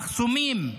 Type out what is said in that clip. מחסומים,